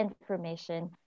information